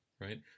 right